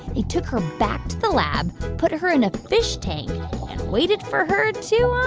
they took her back to the lab, put her in a fish tank and waited for her to,